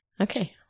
Okay